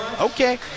okay